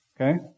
Okay